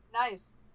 Nice